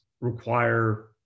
require